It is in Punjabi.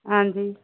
ਹਾਂਜੀ